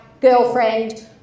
girlfriend